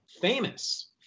famous